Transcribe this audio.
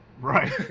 right